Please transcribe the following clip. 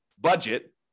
budget